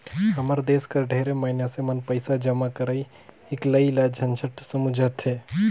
हमर देस कर ढेरे मइनसे मन पइसा जमा करई हिंकलई ल झंझट समुझथें